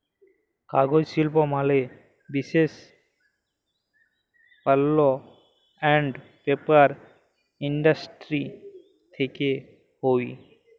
কাগজ শিল্প ম্যালা বিসেস পাল্প আন্ড পেপার ইন্ডাস্ট্রি থেক্যে হউ